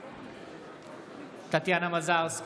בעד טטיאנה מזרסקי,